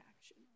action